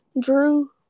Drew